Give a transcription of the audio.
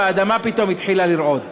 והאדמה פתאום התחילה לרעוד.